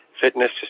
fitness